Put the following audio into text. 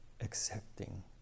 accepting